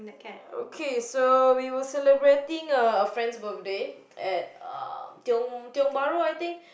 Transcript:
okay so we were celebrating a friend's birthday at um Tiong Tiong-Bahru I think